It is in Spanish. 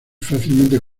fácilmente